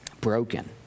broken